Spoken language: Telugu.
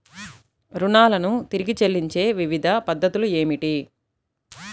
రుణాలను తిరిగి చెల్లించే వివిధ పద్ధతులు ఏమిటి?